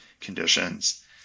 conditions